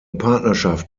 partnerschaft